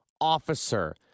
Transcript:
officer